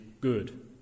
good